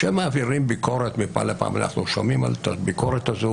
שמעבירים ביקורת מפעם לפעם אנחנו שומעים את הביקורת הזאת